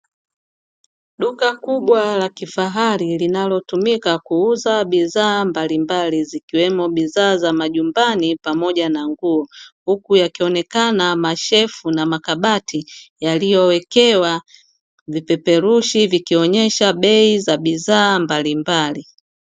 Duka kubwa la kifahari linalotumika kuuza bidhaa mbalimbali zikiwemo bidhaa majumbani, pamoja na nguo huku yakionekana mashelfu na makabati yaliowekewa vipeperushi vilivyowekewa bei za mbalimbali.